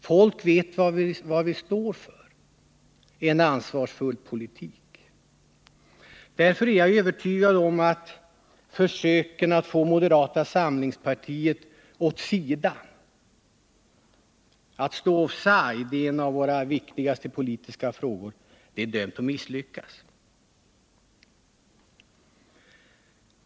Folk vet vad vi står för: en ansvarsfull politik. Därför är jag övertygad om att försöken att få moderata samlingspartiet åt sidan, att stå offside, i en av våra viktigaste politiska frågor är dömda att misslyckas.